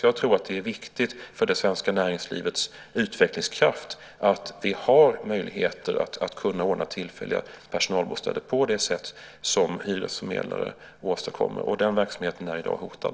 Jag tror att det är viktigt för det svenska näringslivets utvecklingskraft att vi har möjligheter att ordna tillfälliga personalbostäder på det sätt som hyresförmedlare gör. Den verksamheten är i dag hotad.